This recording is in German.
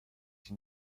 sich